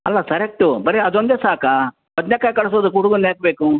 ಅಲ್ಲ ಕರೆಕ್ಟ್ ಬರಿ ಅದೊಂದೆ ಸಾಕಾ ಬದನೆ ಕಾಯಿ ಕಳ್ಸೋದು ಕುಡುಗಲ್ಲು ಯಾಕೆ ಬೇಕು